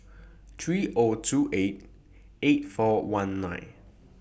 three O two eight eight four one nine